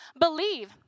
believe